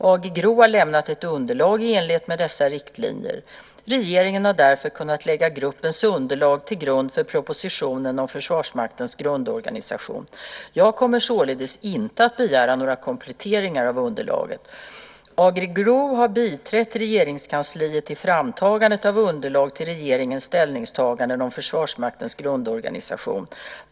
AG GRO har lämnat ett underlag i enlighet med dessa riktlinjer. Regeringen har därför kunnat lägga gruppens underlag till grund för propositionen om Försvarsmaktens grundorganisation. Jag kommer således inte att begära några kompletteringar av underlaget. AG GRO har biträtt Regeringskansliet i framtagandet av underlag till regeringens ställningstaganden om Försvarsmaktens grundorganisation.